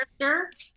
character